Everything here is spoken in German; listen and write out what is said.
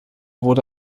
wurde